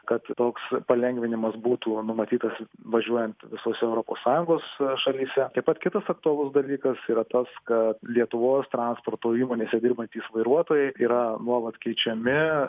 kad toks palengvinimas būtų numatytas važiuojant visose europos sąjungos šalyse taip pat kitas aktualus dalykas yra tas kad lietuvos transporto įmonėse dirbantys vairuotojai yra nuolat keičiami